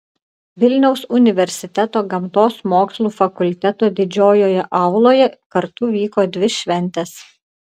vilniaus universiteto gamtos mokslų fakulteto didžiojoje auloje kartu vyko dvi šventės